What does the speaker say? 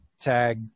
tag